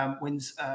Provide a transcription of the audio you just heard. wins